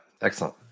Excellent